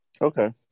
Okay